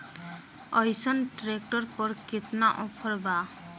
अइसन ट्रैक्टर पर केतना ऑफर बा?